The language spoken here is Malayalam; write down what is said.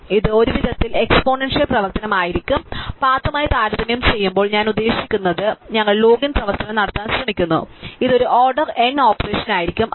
അതിനാൽ ഇത് ഒരു വിധത്തിൽ എക്സ്പോണൻഷ്യൽ പ്രവർത്തനമായിരിക്കും പാഥുമായി താരതമ്യം ചെയ്യുമ്പോൾ ഞാൻ ഉദ്ദേശിക്കുന്നത് അതിനാൽ ഞങ്ങൾ ലോഗിൻ പ്രവർത്തനം നടത്താൻ ശ്രമിക്കുന്നു ഇത് ഒരു ഓർഡർ n ഓപ്പറേഷൻ ആയിരിക്കും